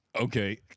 Okay